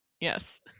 Yes